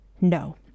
No